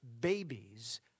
babies